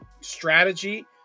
strategy